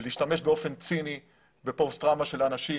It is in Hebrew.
להשתמש באופן ציני בפוסט טראומה של אנשים